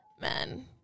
man